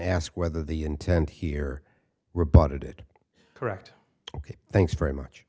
ask whether the intent here rebutted it correct ok thanks very much